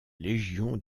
légion